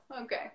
Okay